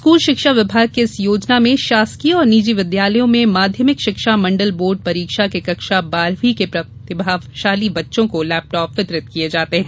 school शिक्षा विभाग की इस योजना में शासकीय और निजी विद्यालयों में माध्यमिक शिक्षा मण्डल बोर्ड परीक्षा के कक्षा बारहवीं के प्रतिभाशाली बच्चों को लेपटॉप वितरित किये जाते हैं